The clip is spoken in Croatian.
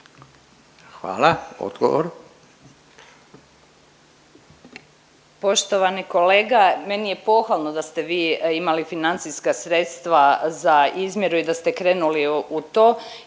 Jasenka (SDP)** Poštovani kolega meni je pohvalno da ste vi imali financijska sredstva za izmjeru i da ste krenuli u to i